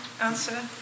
answer